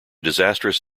disastrous